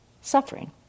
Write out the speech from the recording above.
suffering